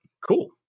Cool